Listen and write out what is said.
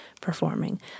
performing